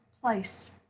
place